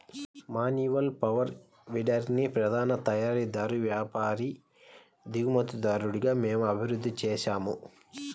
manual power వీడర్ని ప్రధాన తయారీదారు, వ్యాపారి, దిగుమతిదారుగా మేము అభివృద్ధి చేసాము